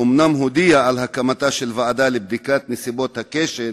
אומנם הודיע על הקמתה של ועדה לבדיקת נסיבות הכשל,